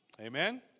Amen